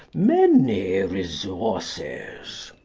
many resources.